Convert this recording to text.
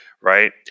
right